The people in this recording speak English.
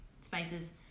spices